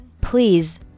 Please